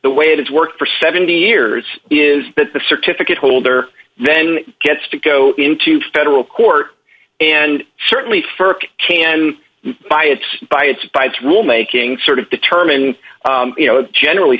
the way it is worked for seventy years is that the certificate holder then gets to go into federal court and certainly st can buy it by its by its rule making sort of determine you know generally